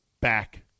back